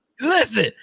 Listen